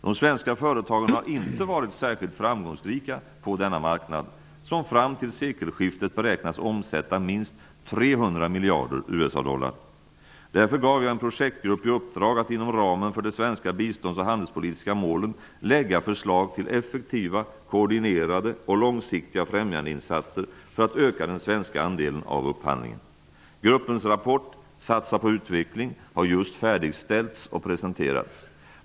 De svenska företagen har inte varit särskilt framgångsrika på denna marknad, som fram till sekelskiftet beräknas omsätta minst 300 miljarder US-dollar. Därför gav jag en projektgrupp i uppdrag att inom ramen för de svenska biståndsoch handelspolitiska målen lägga fram förslag till effektiva, koordinerade och långsiktiga främjandeinsatser för att öka den svenska andelen av upphandlingen. Gruppens rapport Satsa på utveckling har just färdigställts och presenterats.